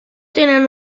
tenen